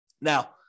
Now